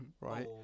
right